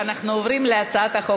אנחנו עוברים להצעת החוק